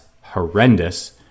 horrendous